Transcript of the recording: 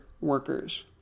workers